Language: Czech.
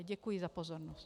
Děkuji za pozornost.